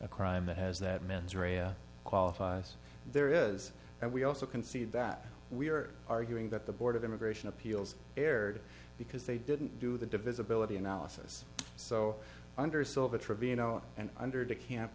a crime that has that mens rea qualifies there is and we also concede that we are arguing that the board of immigration appeals erred because they didn't do the divisibility analysis so under silva trevino and under de camp